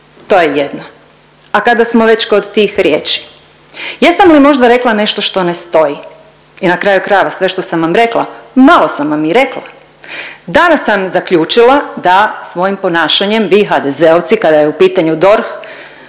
To je jedno. A kada smo već kod tih riječi, jesam li možda rekla nešto što ne stoji? I na kraju krajeva sve što sam vam rekla malo sam vam i rekla. Danas sam zaključila da svojim ponašanjem vi HDZ-ovci kada je u pitanju DORH